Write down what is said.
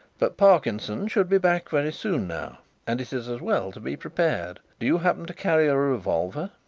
but parkinson should be back very soon now and it is as well to be prepared. do you happen to carry a revolver?